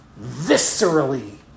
viscerally